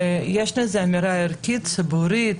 יש לזה אמירה ערכית, ציבורית,